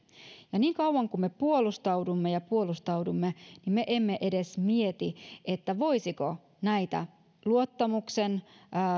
niin kauan kuin me puolustaudumme ja puolustaudumme me emme edes mieti voisiko näitä luottamuksen